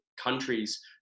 countries